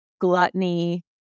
gluttony